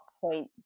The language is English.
point